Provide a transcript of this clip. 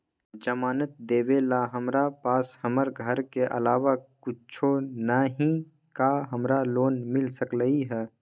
जमानत देवेला हमरा पास हमर घर के अलावा कुछो न ही का हमरा लोन मिल सकई ह?